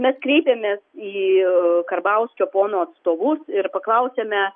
mes kreipėmės į karbauskio pono atstovus ir paklausėme